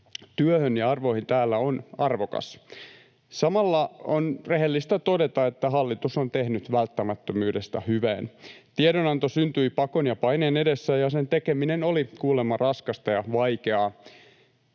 työhön ja arvoihin täällä on arvokas. Samalla on rehellistä todeta, että hallitus on tehnyt välttämättömyydestä hyveen. Tiedonanto syntyi pakon ja paineen edessä, ja sen tekeminen oli kuulemma raskasta ja vaikeaa.